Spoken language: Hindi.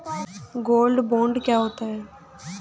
गोल्ड बॉन्ड क्या होता है?